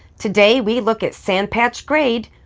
today we look at sand patch grade,